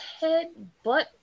headbutt